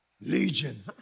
Legion